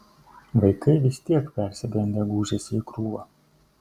vaikai vis tiek persigandę gūžėsi į krūvą